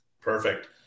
Perfect